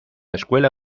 escuela